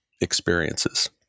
experiences